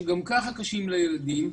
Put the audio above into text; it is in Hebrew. שגם ככה קשים לילדים,